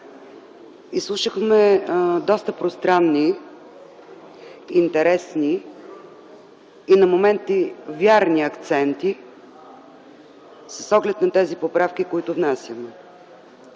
Изслушахме доста пространни, интересни и на моменти верни акценти с оглед на тези поправки, които внасяме.